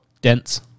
Dense